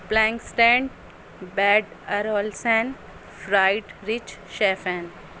پلینکسٹینٹ bed ارولسین fried rich chef N